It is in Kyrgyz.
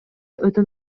өтө